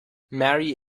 marry